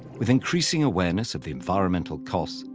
with increasing awareness of the environmental costs,